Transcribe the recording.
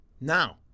Now